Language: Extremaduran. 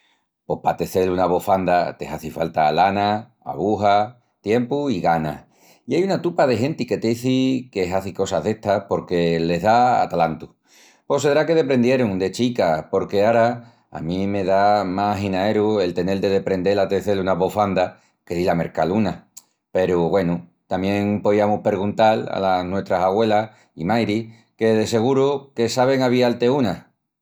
Pos pa tecel una bofanda te hazi falta lana, abujas, tiempu i ganas. I ai una tupa de genti que t'izi que hazi cosas d'estas porque les da atalantu. Pos sedrá que deprendierun de chicas porque ara a mí me dá más aginaeru el tenel de deprendel a tecel una bofanda que dil a mercal una. Peru, güenu, tamién poiamus perguntal alas nuestras agüelas i mairis que de seguru que sabin avial-ti una.